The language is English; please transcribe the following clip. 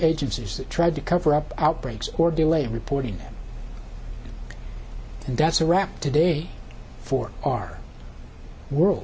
agencies that tried to cover up outbreaks or delayed reporting and that's a wrap today for our world